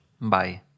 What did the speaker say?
Bye